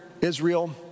Israel